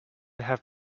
have